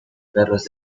perros